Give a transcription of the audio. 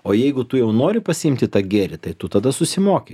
o jeigu tu jau nori pasiimti tą gėrį tai tu tada susimoki